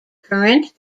current